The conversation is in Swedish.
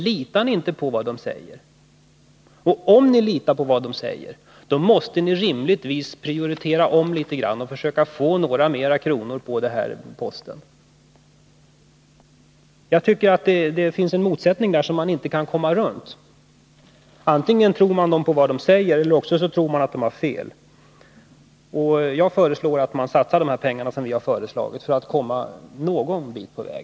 Litar ni inte på vad de säger? Om ni gör det, måste ni rimligtvis omprioritera och försöka få ytterligare några kronor till den här anslagsposten. Jag tycker att det finns en motsägelse här som man inte kan komma förbi. Antingen tror man på vad tullverket säger, eller också gör man det inte utan anser att verket har fel. Jag föreslår att man satsar de medel som vi har begärt för att därmed komma någon bit på väg.